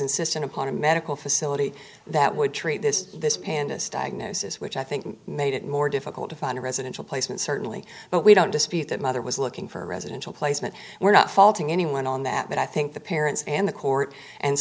insistent upon a medical facility that would treat this this pandas diagnosis which i think made it more difficult to find a residential placement certainly but we don't dispute that mother was looking for a residential placement we're not faulting anyone on that but i think the parents and the court and